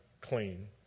clean